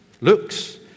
looks